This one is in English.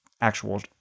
actual